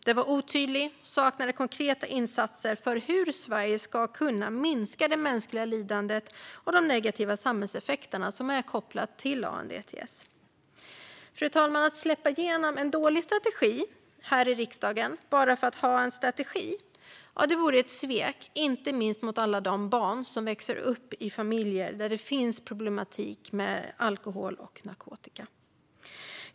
Den var otydlig och saknade konkreta insatser för hur Sverige ska kunna minska det mänskliga lidandet och de negativa samhällseffekterna som är kopplade till ANDTS. Fru talman! Att släppa igenom en dålig strategi här i riksdagen bara för att ha en strategi vore ett svek, inte minst mot alla de barn som lever i familjer där det finns problematik med alkohol och narkotika.